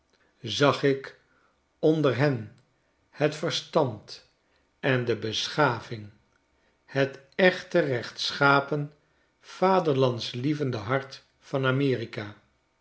zag ik onder hen het verstand en de beschaving het echte rechtschapen vaderlandslie vende hart van